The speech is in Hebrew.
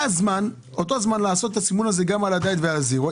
היה אותו זמן לעשות את הסימון הזה גם על הדיאט והזירו.